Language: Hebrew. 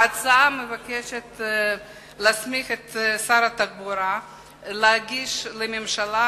ההצעה היא להסמיך את שר התחבורה להגיש לממשלה